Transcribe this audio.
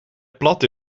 plat